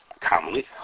commonly